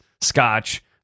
scotch